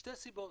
משתי סיבות,